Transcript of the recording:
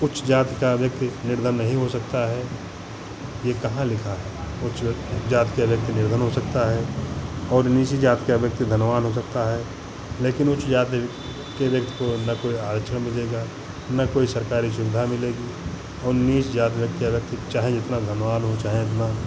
उच्च जाति का व्यक्ति निर्धन नहीं हो सकता है ये कहाँ लिखा है उच्च जाति के लोग तो निर्धन हो सकता है और नीची जाति का व्यक्ति धनवान हो सकता है लेकिन उच्च जाति के व्यक्ति को ना कोई आरक्षण मिलेगा ना कोई सरकारी सुविधा मिलेगी और नीच जाति के व्यक्ति चाहे जितना धनवान हो चाहे जितना